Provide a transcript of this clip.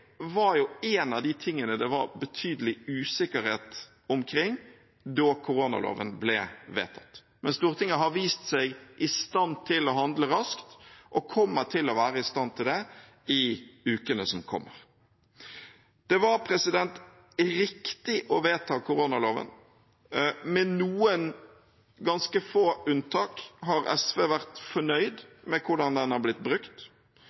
var en av de tingene det var betydelig usikkerhet om da koronaloven ble vedtatt. Stortinget har vist seg i stand til å handle raskt og kommer til å være i stand til det i ukene som kommer. Det var riktig å vedta koronaloven. Med noen ganske få unntak har SV vært fornøyd med hvordan den har blitt brukt.